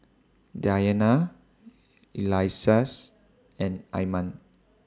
Dayana Elyas and Iman